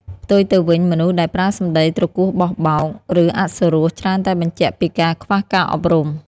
ផ្ទុយទៅវិញ មនុស្សដែលប្រើសម្ដីទ្រគោះបោះបោក ឬអសុរោះ ច្រើនតែបញ្ជាក់ពីការខ្វះការអប់រំ។